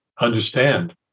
understand